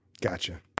Gotcha